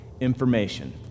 Information